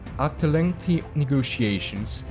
after lengthy negotiations,